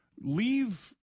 leave